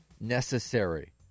necessary